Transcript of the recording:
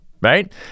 right